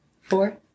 four